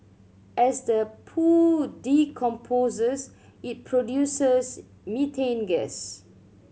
as the poo decomposes it produces methane gas